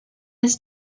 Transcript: his